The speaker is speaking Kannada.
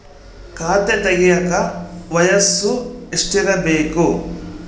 ಖಾತೆ ತೆಗೆಯಕ ವಯಸ್ಸು ಎಷ್ಟಿರಬೇಕು?